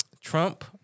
Trump